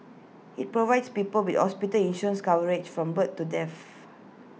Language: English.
IT provides people with hospital insurance coverage from birth to death